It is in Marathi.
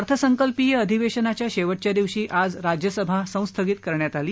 अर्थसंकल्पीय अधिवेशनाच्या शेवटच्या दिवशी आज राज्यसभा संस्थगित करण्यात आली